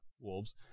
wolves